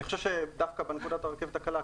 אני חושב שדווקא בנקודת הרכבת הקלה,